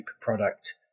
product